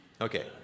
Okay